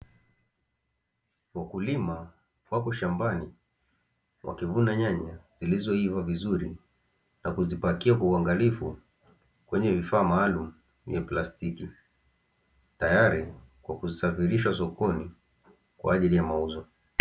Wakulima wako shambani wakivuna nyanya zilizoiva vizuri na kuzipakia kwa uangalifu kwenye vifaa maalumu vya plastiki, tayari kwa kusafirisha sokoni kwa ajili ya mauzo.